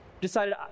decided